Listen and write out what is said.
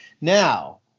now